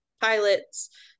pilots